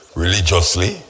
religiously